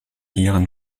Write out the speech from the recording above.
ihren